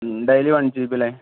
daily one G B അല്ലേ